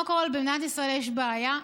קודם כול, במדינת ישראל יש בעיה.